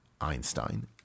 Einstein